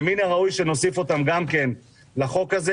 מן הראוי שנוסיף אותם גם לחוק הזה,